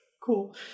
Cool